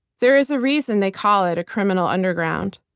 there is a reason they call it a criminal underground.